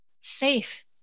safe